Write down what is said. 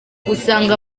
usanga